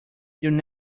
you’ll